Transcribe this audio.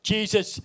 Jesus